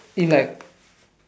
feel like